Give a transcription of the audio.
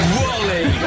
wally